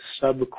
sub